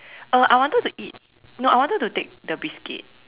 uh I wanted to eat no I wanted to take the biscuit